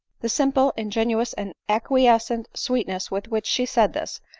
the simple, ingenuous and acquiescent sweetness with which she said this,